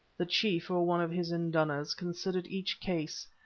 the chief or one of his indunas considered each case,